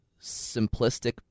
simplistic